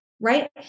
right